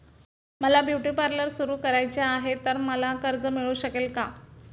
मला beauty parlour सुरू करायचे आहे तर मला कर्ज मिळू शकेल का?